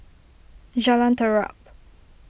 Jalan Terap